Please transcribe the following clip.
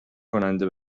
کننده